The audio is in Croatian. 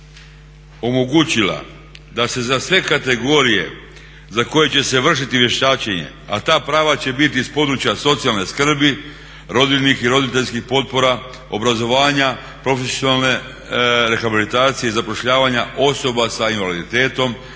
Vlada omogućila da se za sve kategorije za koje će se vršiti vještačenje a ta prava će biti iz područja socijalne skrbi, rodiljnih i roditeljskih potpora, obrazovanja, profesionalne rehabilitacije i zapošljavanja osoba sa invaliditetom,